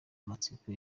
amatsiko